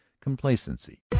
complacency